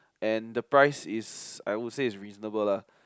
and the price is I would say is reasonable lah